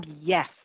yes